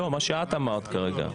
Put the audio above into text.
לא, מה שאת אמרת כרגע.